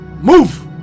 move